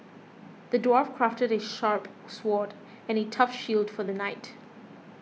the dwarf crafted a sharp sword and a tough shield for the knight